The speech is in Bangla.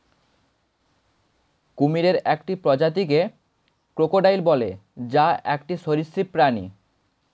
কুমিরের একটি প্রজাতিকে ক্রোকোডাইল বলে, যা একটি সরীসৃপ প্রাণী